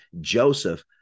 Joseph